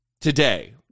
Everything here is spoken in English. today